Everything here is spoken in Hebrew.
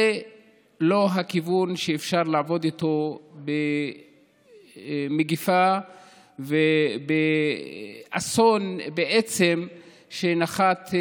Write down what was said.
זה לא כיוון שאפשר לעבוד איתו במגפה ובאסון בעצם שנחת,